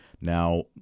Now